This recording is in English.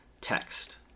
text